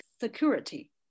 security